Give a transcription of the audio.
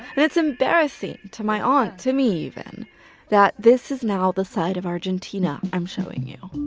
and it's embarrassing to my aunt, to me even that this is now the side of argentina i'm showing you